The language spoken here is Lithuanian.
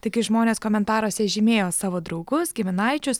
taigi žmonės komentaruose žymėjo savo draugus giminaičius